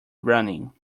running